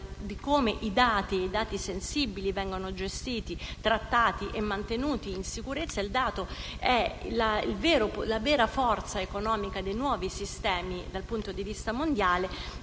di come i dati sensibili vengono gestiti, trattati e mantenuti in sicurezza. Il dato è la vera forza economica dei nuovi sistemi dal punto di vista mondiale;